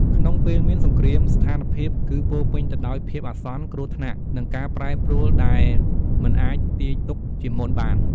ក្នុងពេលមានសង្គ្រាម ស្ថានភាពគឺពោរពេញទៅដោយភាពអាសន្ន គ្រោះថ្នាក់ និងការប្រែប្រួលដែលមិនអាចទាយទុកជាមុនបាន។